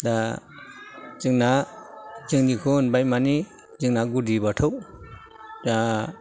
दा जोंना जोंनिखौ होनबाय माने जोंना गुदि बाथौ दा